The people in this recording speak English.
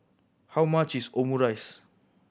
how much is Omurice